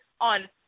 on